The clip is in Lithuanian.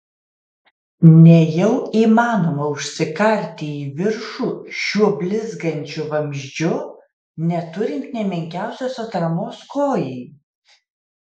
nejau įmanoma užsikarti į viršų šiuo blizgančiu vamzdžiu neturint nė menkiausios atramos kojai